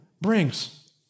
brings